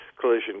collision